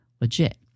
legit